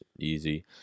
easy